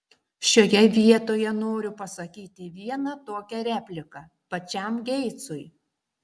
šioje vietoje noriu pasakyti vieną tokią repliką pačiam geitsui